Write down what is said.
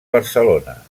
barcelona